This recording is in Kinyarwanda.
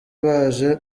baje